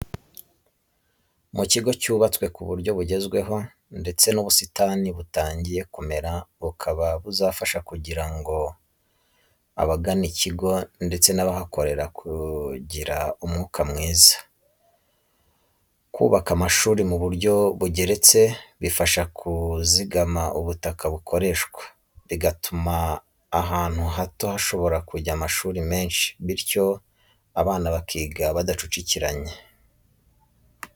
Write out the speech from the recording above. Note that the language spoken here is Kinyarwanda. Mu kigo cyubatswe ku buryo bugezweho, ndetse n'ubusitani butangiye kumera bukaba buzafasha kugira ngo abagana iki kigo ndetse n'abahakorera kugira umwuka mwiza. Kubaka amashuri mu buryo bugeretse bifasha kuzigama ubutaka bukoreshwa, bigatuma ahantu hato hashobora kujya amashuri menshi, bityo abana bakiga badacucikiranye.